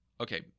okay